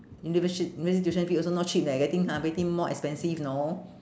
universi~ university tuition fee also no cheap leh getting ha getting more expensive know